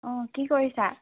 অঁ কি কৰিছা